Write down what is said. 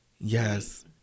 Yes